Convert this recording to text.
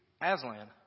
Aslan